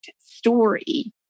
story